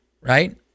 right